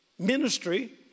Ministry